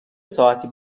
ساعتی